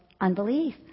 unbelief